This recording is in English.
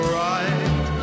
right